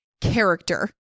character